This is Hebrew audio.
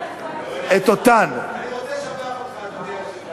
אני רוצה לשבח אותך, אדוני היושב-ראש.